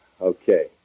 Okay